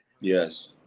Yes